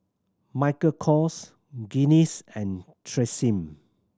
Michael Kors Guinness and Tresemme